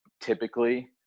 typically